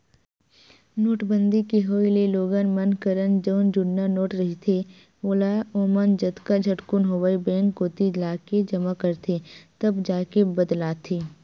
नोटबंदी के होय ले लोगन मन करन जउन जुन्ना नोट रहिथे ओला ओमन जतका झटकुन होवय बेंक कोती लाके जमा करथे तब जाके बदलाथे